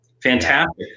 Fantastic